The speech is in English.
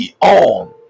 on